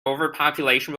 overpopulation